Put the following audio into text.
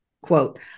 quote